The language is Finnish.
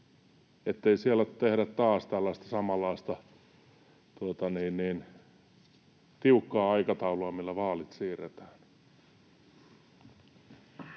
ettei sitten tehdä taas tällaista samanlaista tiukkaa aikataulua, millä vaalit siirretään?